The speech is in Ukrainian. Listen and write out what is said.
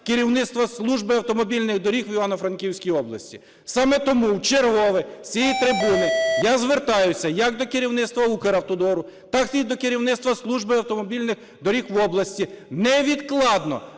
керівництва служби автомобільних доріг в Івано-Франківській області. Саме тому вчергове з цієї трибуни я звертаюся як до керівництва Укравтодору, так і до керівництва служби автомобільних доріг в області невідкладно